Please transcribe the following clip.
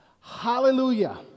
Hallelujah